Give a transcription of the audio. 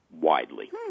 widely